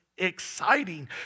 exciting